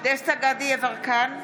דסטה גדי יברקן,